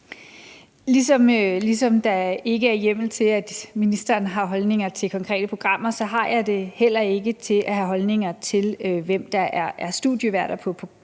Ligesom der ikke er hjemmel til, at ministeren har holdninger til konkrete programmer, har jeg det heller ikke til, hvem der er studieværter i de konkrete